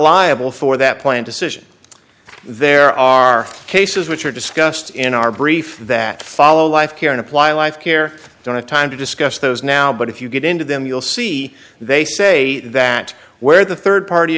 liable for that plan decision there are cases which are discussed in our brief that follow life care and apply life here i don't have time to discuss those now but if you get into them you'll see they say that where the rd party